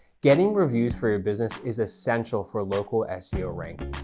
getting reviews for your business, is essential for local seo rankings.